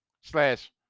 slash